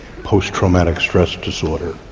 post traumatic stress disorder.